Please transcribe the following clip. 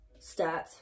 stats